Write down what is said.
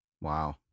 Wow